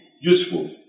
useful